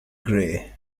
grey